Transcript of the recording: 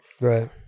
Right